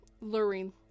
luring